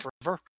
forever